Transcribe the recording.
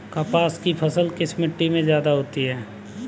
कपास की फसल किस मिट्टी में ज्यादा होता है?